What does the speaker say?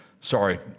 sorry